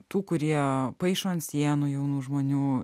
tų kurie paišo ant sienų jaunų žmonių